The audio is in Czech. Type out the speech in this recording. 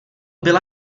byla